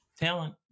Talent